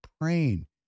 praying